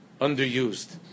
Underused